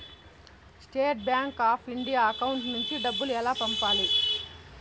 State Bank of India account నుంచి డబ్బులు ఎలా పంపాలి?